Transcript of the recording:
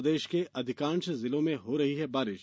प्रदेश के अधिकांश जिलों में हो रही है बारिश